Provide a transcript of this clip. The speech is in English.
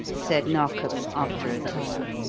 said narkom, after a time.